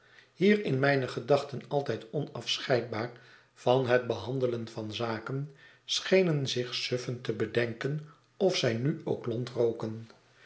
hier in mijne gedachten altijd onafscheidbaar van het behandelen van zaken schenen zich suffend te bedenken of zij nu ook lont roken